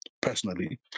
personally